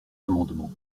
amendements